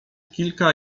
kilka